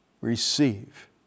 Receive